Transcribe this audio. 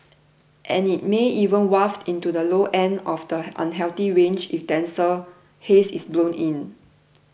and it may even waft into the low end of the unhealthy range if denser haze is blown in